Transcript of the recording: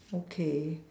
okay